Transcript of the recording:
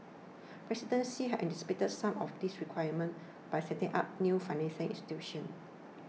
President Xi has anticipated some of these requirements by setting up new financing institutions